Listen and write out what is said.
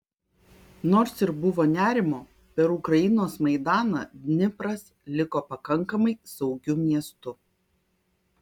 nors ir buvo nerimo per ukrainos maidaną dnipras liko pakankamai saugiu miestu